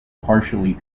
partially